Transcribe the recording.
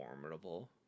formidable